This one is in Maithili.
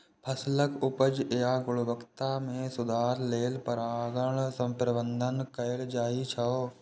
फसलक उपज या गुणवत्ता मे सुधार लेल परागण प्रबंधन कैल जाइ छै